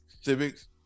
Civics